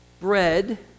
bread